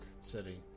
City